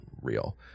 real